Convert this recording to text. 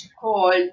called